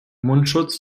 mundschutz